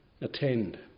attend